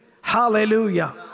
Hallelujah